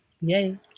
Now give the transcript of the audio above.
Yay